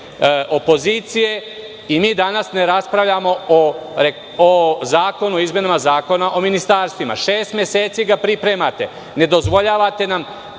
opozicije i mi danas ne raspravljamo o Predlogu zakona o izmenama Zakona o Ministarstvima. Šest meseci ga pripremate i ne dozvoljavate nam,